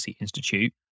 Institute